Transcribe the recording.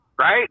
right